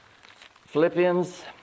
Philippians